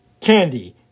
candy